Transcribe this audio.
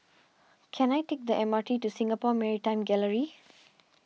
can I take the M R T to Singapore Maritime Gallery